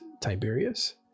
Tiberius